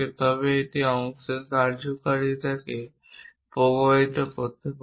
তবে এটি অংশের কার্যকারিতাকে প্রভাবিত করতে পারে